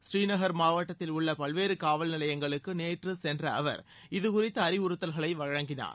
ஸ்ரீநகர் மாவட்டத்தில் உள்ள பல்வேறு காவல்நிலையங்களுக்கு நேற்று சென்ற அவர் இதுகுறித்த அறிவுறுத்தல்களை வழங்கினார்